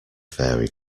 fairy